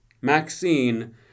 Maxine